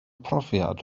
profiad